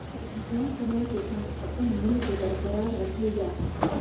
धन समय के साथ अपन मूल्य के बरकरार रखल जा हई